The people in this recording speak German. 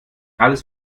alles